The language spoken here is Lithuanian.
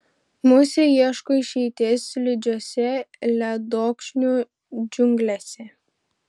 musė ieško išeities slidžiose ledokšnių džiunglėse